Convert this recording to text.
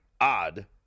odd